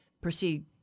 proceed